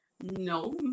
No